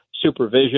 supervision